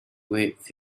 with